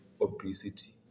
obesity